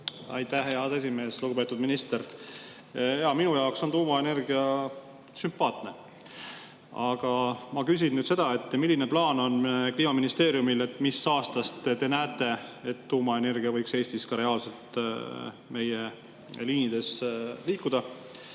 Aitäh, hea aseesimees! Lugupeetud minister! Minu jaoks on tuumaenergia sümpaatne. Aga ma küsin, milline plaan on Kliimaministeeriumil. Mis aastast te näete, et tuumaenergia võiks Eestis ka reaalselt meie liinides liikuda?